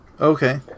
Okay